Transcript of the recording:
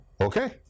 Okay